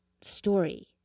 story